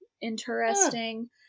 interesting